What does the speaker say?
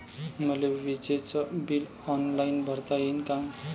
मले विजेच bill online भरता येईन का?